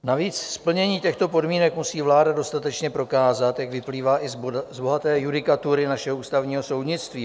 Navíc splnění těchto podmínek musí vláda dostatečně prokázat, jak vyplývá i z bohaté judikatury našeho ústavního soudnictví.